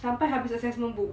sampai habis assessment book